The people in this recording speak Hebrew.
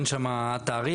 אין שם תעריף?